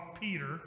Peter